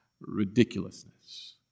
ridiculousness